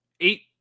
Eight